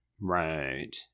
Right